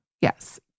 Yes